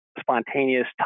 spontaneous